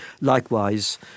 Likewise